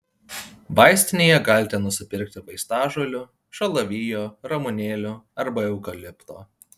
vaistinėje galite nusipirkti vaistažolių šalavijo ramunėlių arba eukalipto